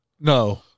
No